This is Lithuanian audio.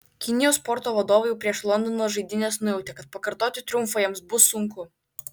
kinijos sporto vadovai jau prieš londono žaidynes nujautė kad pakartoti triumfą jiems bus sunku